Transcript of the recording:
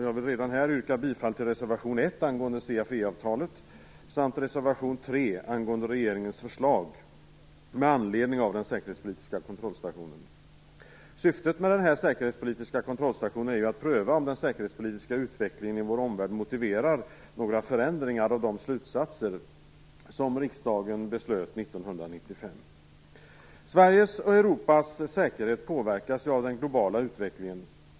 Jag vill redan här yrka bifall till reservation 1 angående CFE-avtalet samt till reservation 3 angående regeringens förslag med anledning av den säkerhetspolitiska kontrollstationen. Syftet med den säkerhetspolitiska kontrollstationen är att pröva om den säkerhetspolitiska utvecklingen i vår omvärld motiverar några förändringar av de slutsatser som riksdagen beslöt 1995. Sveriges och Europas säkerhet påverkas av den globala utvecklingen.